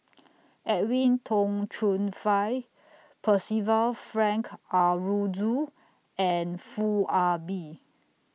Edwin Tong Chun Fai Percival Frank Aroozoo and Foo Ah Bee